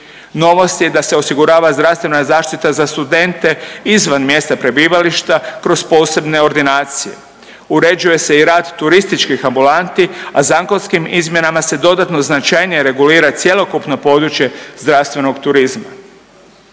Novost je da se osigurava zdravstvena zaštita za studente izvan mjesta prebivališta kroz posebne ordinacije. Uređuje se i rad turističkih ambulanti, a zakonskim izmjenama se dodatno značajnije regulira cjelokupno područje zdravstvenog turizma.